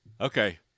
Okay